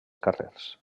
carrers